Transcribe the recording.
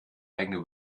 eigene